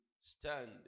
stand